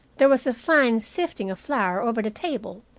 there was a fine sifting of flour over the table,